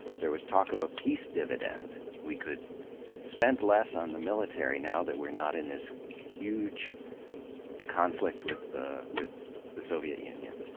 there was talk of a peace dividend we could spend less on the military now that we're not in this huge conflict with the with the soviet union.